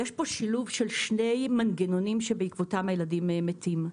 יש פה שילוב של שני מנגנונים שבעקבותם הילדים מתים.